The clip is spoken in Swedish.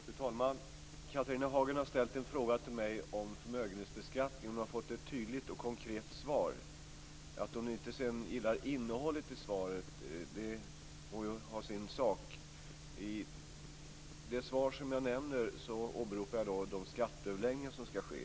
Fru talman! Catharina Hagen har ställt en fråga till mig om förmögenhetsbeskattningen. Hon har fått ett tydligt och konkret svar. Att hon sedan inte gillar innehållet i svaret må vara en sak. I svaret åberopar jag de skatteöverläggningar som skall ske.